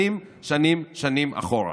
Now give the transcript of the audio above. שנים שנים שנים אחורה.